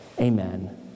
Amen